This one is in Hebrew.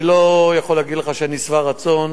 אני לא יכול להגיד לך שאני שבע רצון,